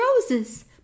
roses